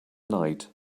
night